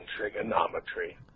trigonometry